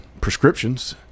prescriptions